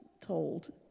told